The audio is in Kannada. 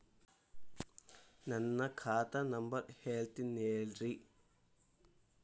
ನನ್ನ ಖಾತಾ ನಂಬರ್ ಹೇಳ್ತಿರೇನ್ರಿ?